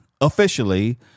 officially